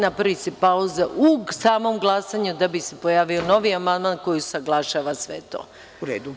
Napravi se pauza u samom glasanju, da bi se pojavio novi amandman koji usaglašava sve to.